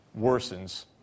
worsens